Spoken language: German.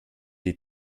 die